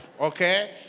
Okay